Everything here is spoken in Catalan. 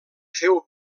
féu